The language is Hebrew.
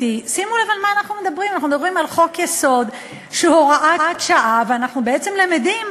לבין האינטרס הציבורי אין דבר וחצי דבר,